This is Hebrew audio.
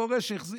כורש,